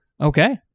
Okay